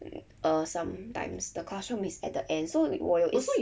err some times the classroom is at the end so we 我有一次